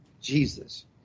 Jesus